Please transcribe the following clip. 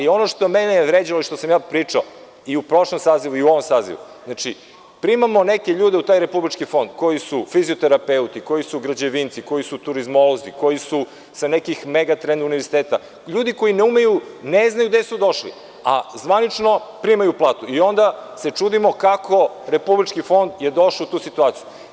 Ono što me je vređalo i što sam pričao i u prošlom sazivu i u ovom sazivu, primamo neke ljude u taj Republički fond koji su fizioterapeuti, koji su građevinci, koji su turizmolozi, koji su sa nekih „Megatrend“ univerziteta, ljudi koji ne znaju gde su došli, a zvanično primaju platu i onda se čudimo kako je Fond došao u tu situaciji.